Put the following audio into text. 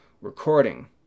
recording